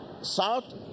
South